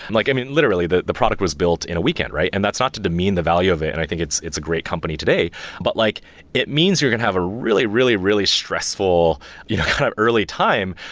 and like i mean literally, the the product was built in a weekend, right? and that's not to demean the value of it and i think it's it's a great company today but like it means you're going to have a really, really, really stressful you know kind of early time,